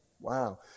Wow